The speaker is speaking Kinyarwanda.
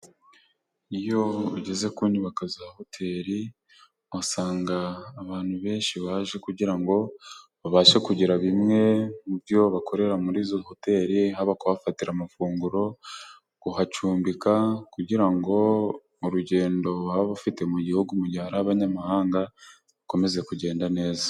Iyo ugeze ku nyubako za hoteli uhasanga abantu benshi baje kugira ngo babashe kugira bimwe mu byo bakorera muri izo hoteli, haba kubahafatira amafunguro, kuhacumbika kugira ngo urugendo baba bafite mu gihugu mu gihe ari abanyamahanga, rukomeze kugenda neza.